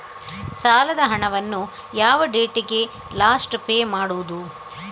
ಸಾಲದ ಹಣವನ್ನು ಯಾವ ಡೇಟಿಗೆ ಲಾಸ್ಟ್ ಪೇ ಮಾಡುವುದು?